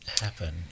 happen